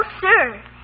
sir